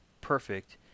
perfect